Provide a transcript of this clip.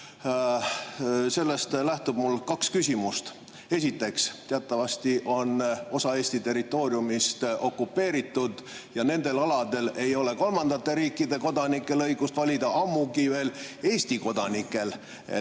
Sellest lähtub mul kaks küsimust. Esiteks, teatavasti on osa Eesti territooriumist okupeeritud ja nendel aladel ei ole kolmandate riikide kodanikel õigust valida, ammugi veel Eesti kodanikel.